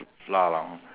flour lah